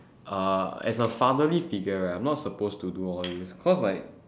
uh as a fatherly figure right I am not supposed to do all this cause like